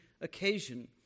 occasion